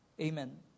Amen